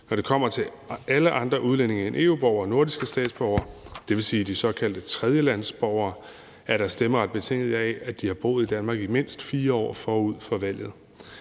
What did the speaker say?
Når det kommer til alle andre udlændinge end EU-borgere og nordiske statsborgere – det vil sige de såkaldte tredjelandsborgere – er deres stemmeret betinget af, at de har boet i Danmark i mindst 4 år forud for valget.